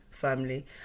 family